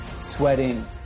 sweating